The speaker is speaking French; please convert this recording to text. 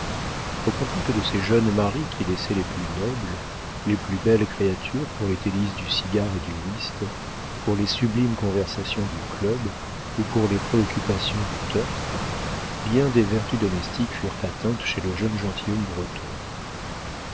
au contact de ces jeunes maris qui laissent les plus nobles les plus belles créatures pour les délices du cigare et du whist pour les sublimes conversations du club ou pour les préoccupations du turf bien des vertus domestiques furent atteintes chez le jeune gentilhomme breton